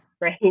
right